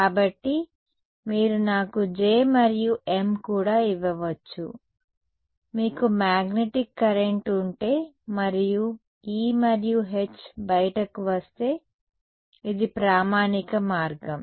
కాబట్టి మీరు నాకు J మరియు M కూడా ఇవ్వవచ్చు మీకు మ్యాగ్నెటిక్ కరెంట్ ఉంటే మరియు E మరియు H బయటకు వస్తే ఇది ప్రామాణిక మార్గం